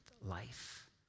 life